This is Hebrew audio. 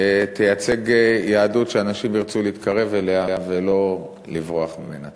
תייצג יהדות שאנשים ירצו להתקרב אליה ולא לברוח ממנה.